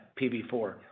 PB4